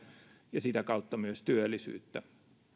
ja sitä kautta myös työllisyyttä